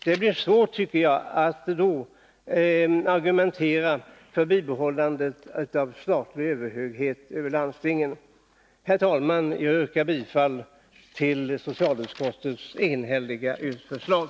Det blir svårt, tycker jag, att argumentera för bibehållande av statlig överhöghet över landstingen. Omsorger om vis Herr talman! Jag yrkar bifall till socialutskottets enhälliga förslag.